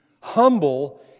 humble